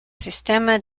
sistema